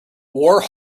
war